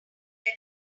that